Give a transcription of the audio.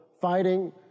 fighting